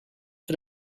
for